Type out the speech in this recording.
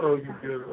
okay